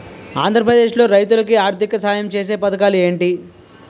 ఆంధ్రప్రదేశ్ లో రైతులు కి ఆర్థిక సాయం ఛేసే పథకాలు ఏంటి?